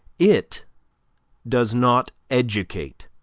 it does not educate.